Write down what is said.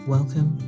Welcome